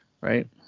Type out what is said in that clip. right